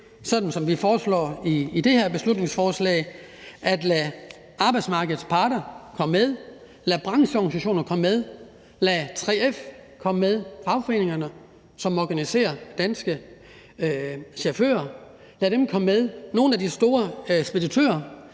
sådan som vi foreslår i det her beslutningsforslag, at lade arbejdsmarkedets parter komme med, lade brancheorganisationerne, 3F, fagforeningerne, som organiserer danske chauffører, komme med, lade nogle af de store speditørvirksomheder,